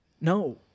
no